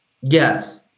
Yes